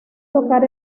tocar